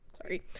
sorry